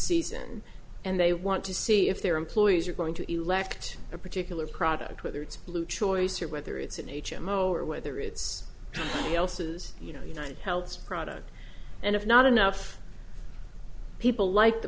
season and they want to see if their employees are going to elect a particular product whether it's blue choice or whether it's an h m o or whether it's else's you know united health product and it's not enough people like the